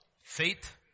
faith